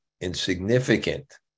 insignificant